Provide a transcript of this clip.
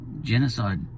genocide